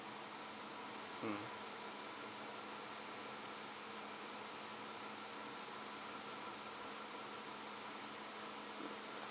mm